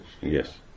Yes